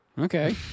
Okay